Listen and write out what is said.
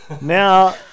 Now